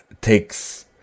takes